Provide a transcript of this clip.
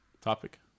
Topic